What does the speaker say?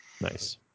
Nice